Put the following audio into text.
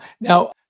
now